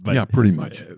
but yeah, pretty much.